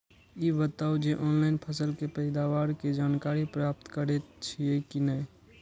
ई बताउ जे ऑनलाइन फसल के पैदावार के जानकारी प्राप्त करेत छिए की नेय?